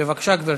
בבקשה, גברתי.